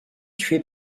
tués